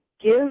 give